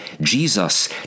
Jesus